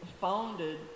founded